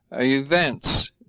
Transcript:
events